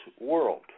world